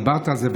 דיברת על זה,